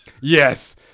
Yes